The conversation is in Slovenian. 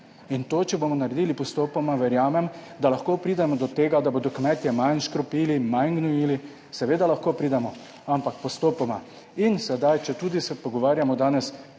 in to, če bomo naredili postopoma, verjamem, da lahko pridemo do tega, da bodo kmetje manj škropili, manj gnojili, seveda lahko pridemo, ampak postopoma in sedaj, četudi **55. TRAK: